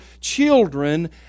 children